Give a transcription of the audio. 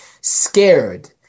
scared